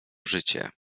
życie